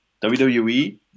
WWE